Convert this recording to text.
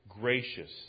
gracious